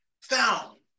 found